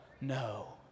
no